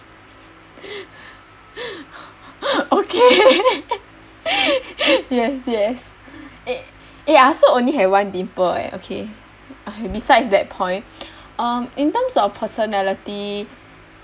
okay yes yes eh I also only have one dimple leh okay uh besides that point in terms of personality